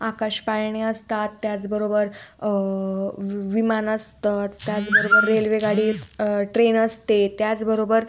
आकाश पाळणे असतात त्याचबरोबर वि विमान असतं त्याचबरोबर रेल्वेगाडी ट्रेन असते त्याचबरोबर